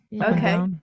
Okay